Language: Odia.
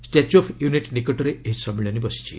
ଷ୍ଟାଚ୍ୟୁ ଅଫ୍ ୟୁନିଟି ନିକଟରେ ଏହି ସମ୍ମିଳନୀ ବସିଛି